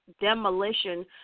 demolition